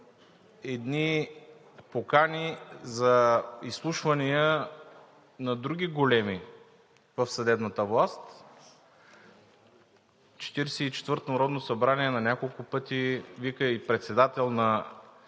едни покани за изслушвания на други големи в съдебната власт – 44-тото народно събрание на няколко пъти вика и председател на